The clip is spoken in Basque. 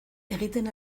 egiten